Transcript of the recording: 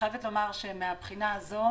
מהבחינה הזאת